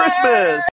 Christmas